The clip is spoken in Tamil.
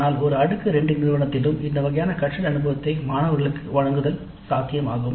ஆனால் ஒரு அடுக்கு 2 நிறுவனத்திலும் இந்த வகையான கற்றல் அனுபவத்தை மாணவர்களுக்கு வழங்குதல் சாத்தியமாகும்